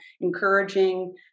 encouraging